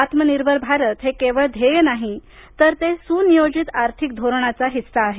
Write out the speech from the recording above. आत्मनिर्भर भारत हे केवळ ध्येय नाही तर ते सुनियोजित आर्थिक धोरणाचा हिस्सा आहे